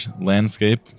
Landscape